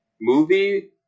movie